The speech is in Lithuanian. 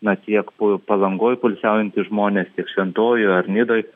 na tiek palangoj poilsiaujantys žmonės tiek šventojoj ar nidoj